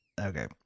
Okay